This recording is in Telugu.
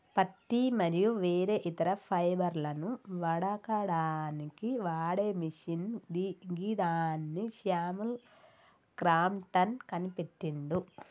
పత్తి మరియు వేరే ఇతర ఫైబర్లను వడకడానికి వాడే మిషిన్ గిదాన్ని శామ్యుల్ క్రాంప్టన్ కనిపెట్టిండు